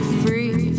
free